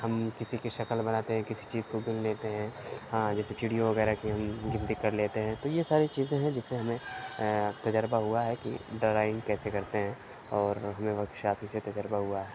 ہم کسی کی شکل بناتے ہیں کسی چیز کو بُن دیتے ہیں ہاں جیسے چڑیوں وغیرہ کی ہم گنتی کر لیتے ہیں تو یہ ساری چیزیں ہیں جس میں ہمیں تجربہ ہُوا ہے کہ ڈرائنگ کیسے کرتے ہیں اور ہمیں ورک شاپ ہی سے تجربہ ہُوا ہے